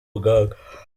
muganga